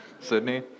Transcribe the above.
Sydney